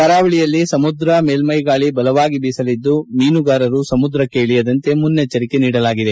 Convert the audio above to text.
ಕರಾವಳಿಯಲ್ಲಿ ಸಮುದ್ರ ಮೇಲ್ಟೈಗಾಳಿ ಬಲವಾಗಿ ಬೀಸಲಿದ್ದು ಮೀನುಗಾರರು ಸಮುದ್ರಕ್ಷೆ ಇಳಿಯದಂತೆ ಮುನ್ನಚ್ದರಿಕೆ ನೀಡಲಾಗಿದೆ